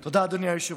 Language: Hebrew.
תודה, אדוני היושב-ראש.